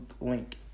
link